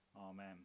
Amen